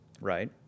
right